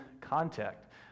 contact